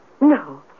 No